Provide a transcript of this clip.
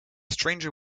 stranger